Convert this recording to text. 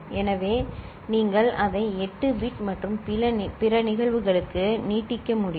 எனவே நீங்கள் அதை 8 பிட் மற்றும் பிற நிகழ்வுகளுக்கு நீட்டிக்க முடியும்